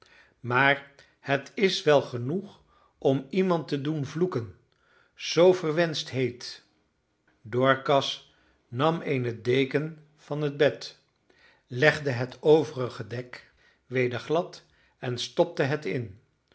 maar het is wel genoeg om iemand te doen vloeken zoo verwenscht heet dorcas nam eene deken van het bed legde het overige dek weder glad en stopte het in